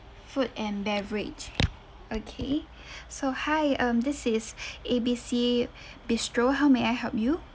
food and beverage okay so hi um this is A B C bistro how may I help you